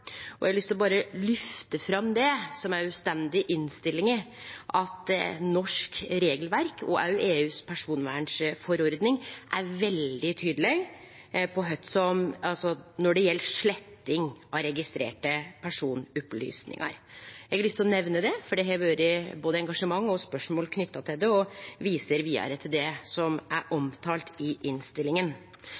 og eg har lyst til å lyfte fram det som òg står i innstillinga, at norsk regelverk og òg EUs personvernforordning er veldig tydelege når det gjeld sletting av registrerte personopplysningar. Eg har lyst til å nemne det, for det har vore både engasjement og spørsmål knytte til det, og eg viser vidare til det som er omtalt i innstillinga.